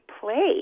play